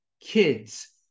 kids